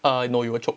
uh no you will choke